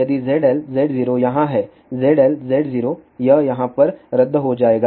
यदि ZL Z0 यहां है ZL Z0 यह यहाँ पर रद्द हो जाएगा